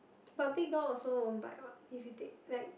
but big dog also won't bite what if you take